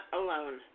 alone